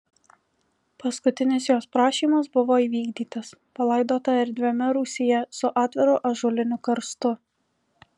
paskutinis jos prašymas buvo įvykdytas palaidota erdviame rūsyje su atviru ąžuoliniu karstu